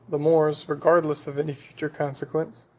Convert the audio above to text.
the moors, regardless of any future consequence,